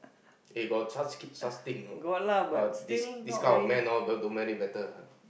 eh got such thing such things you know but dis~ discount man all over don't married better